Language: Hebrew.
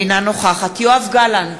אינה נוכחת יואב גלנט,